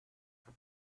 for